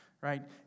right